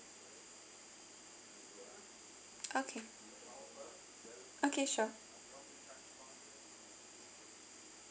okay okay sure